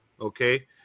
okay